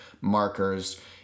markers